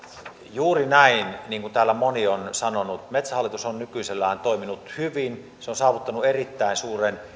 juuri näin niin kuin täällä moni on sanonut metsähallitus on nykyisellään toiminut hyvin se on saavuttanut erittäin suuren